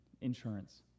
Insurance